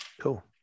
Cool